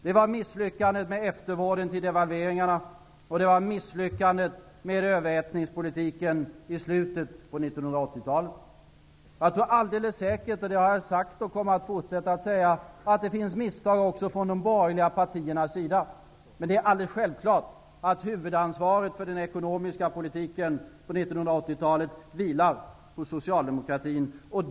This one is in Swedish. Det var misslyckandet med eftervården vid devalveringarna och misslyckandet med överhettningspolitiken i slutet av 1980-talet. Jag tror alldeles säkert -- det har jag sagt tidigare, och det kommer jag att fortsätta att säga -- att det också begicks misstag från de borgerliga partierna. Men det är alldeles självklart att huvudansvaret för den ekonomiska politiken på 1980-talet vilar på Socialdemokraterna.